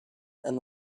and